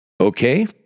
Okay